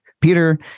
Peter